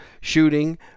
shooting